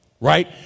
Right